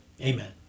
Amen